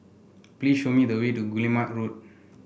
please show me the way to Guillemard Road